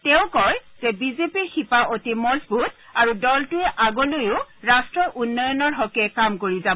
তেওঁ কয় যে বিজেপিৰ শিপা অতি মজবুত আৰু দলটোৱে আগলৈও ৰাট্টৰ উন্নয়নৰ হকে কাম কৰি যাব